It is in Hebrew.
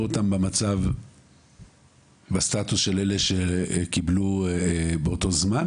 אותם בסטטוס של אלה שקיבלו באותו זמן?